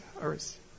earth